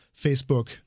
Facebook